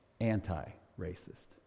anti-racist